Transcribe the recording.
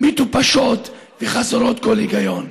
מטופשות וחסרות כל היגיון.